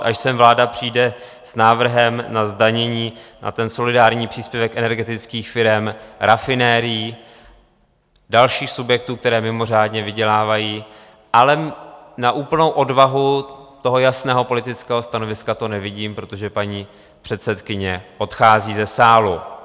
Až sem vláda přijde s návrhem na zdanění, na ten solidární příspěvek energetických firem, rafinerií, dalších subjektů, které mimořádně vydělávají ale na úplnou odvahu toho jasného politického stanoviska to nevidím, protože paní předsedkyně odchází ze sálu.